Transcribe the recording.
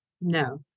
no